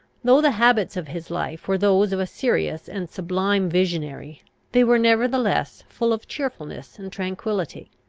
though the habits of his life were those of a serious and sublime visionary they were nevertheless full of cheerfulness and tranquillity.